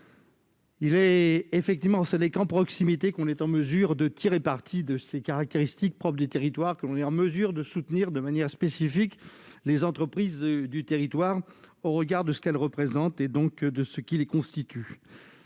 valeur. Effectivement, ce n'est qu'en proximité qu'on est en mesure de tirer parti des caractéristiques propres d'un territoire, que l'on est en mesure de soutenir de manière spécifique les entreprises du territoire au regard de ce qu'elles représentent et donc de ce qui les constitue.